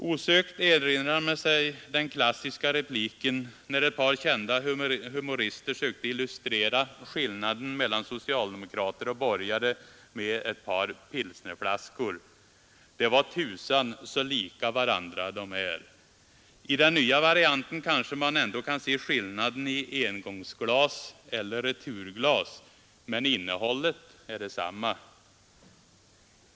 Osökt erinrar man sig den klassiska repliken när ett par kända humorister sökte illustrera skillnaden mellan socialdemokrater och borgare med ett par pilsnerflaskor: ”Det var tusan så lika varandra de är.” I den nya varianten kanske man ändå kan se skillnaden i engångsglas eller returglas, men innehållet är detsamma!